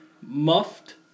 muffed